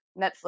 Netflix